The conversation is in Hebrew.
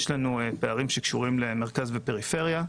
יש לנו פערים שקשורים למרכז ופריפריה,